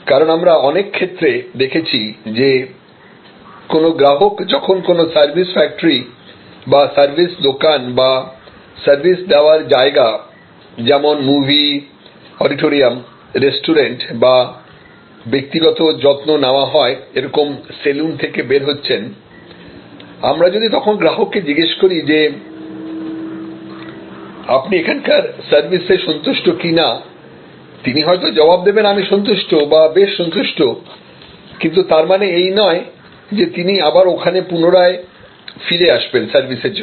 কারণ আমরা অনেক ক্ষেত্রে দেখেছি যে কোন গ্রাহক যখন কোন সার্ভিস ফ্যাক্টরি বা সার্ভিস দোকান অথবা সার্ভিস দেওয়ার জায়গা যেমন মুভি অডিটোরিয়াম রেস্টুরেন্ট বা ব্যক্তিগত যত্ন নেওয়া হয় এরকম সেলুন থেকে বের হচ্ছেন আমরা যদি তখন গ্রাহককে জিজ্ঞেস করি যে আপনি এখানকার সার্ভিসে সন্তুষ্ট কিনা তিনি হয়তো জবাব দেবেন আমি সন্তুষ্ট বা বেশ সন্তুষ্ট কিন্তু তার মানে এই নয় যে তিনি আবার ওখানে পুনরায় ফিরে আসবেন সার্ভিসের জন্য